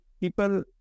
people